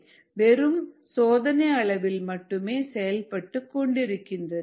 வெறும் சோதனை அளவில் மட்டுமே செயல்பட்டு கொண்டிருக்கிறது